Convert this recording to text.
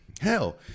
Hell